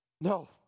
No